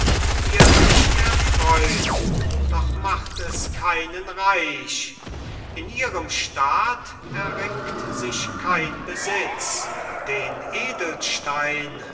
ihr licht erfreut doch macht es keinen reich in ihrem staat erringt sich kein besitz den edelstein